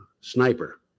Sniper